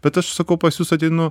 bet aš sakau pas jus ateinu